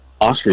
Oscars